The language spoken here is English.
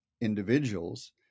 individuals